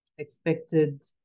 expected